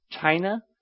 China